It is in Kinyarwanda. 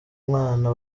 mwana